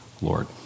Lord